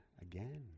again